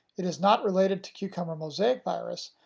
it is not related to cucumber mosaic virus,